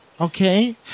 Okay